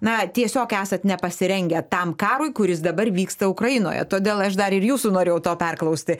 na tiesiog esat nepasirengę tam karui kuris dabar vyksta ukrainoje todėl aš dar ir jūsų norėjau to perklausti